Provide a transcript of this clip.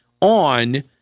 on